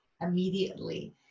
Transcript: immediately